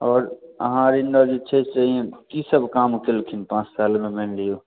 आओर अहाँ ओर एमहर जे छै से कि सब काम कयलखिन पाँच सालमे मानि लिऔ